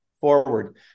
forward